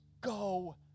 go